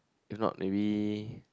do not maybe